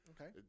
Okay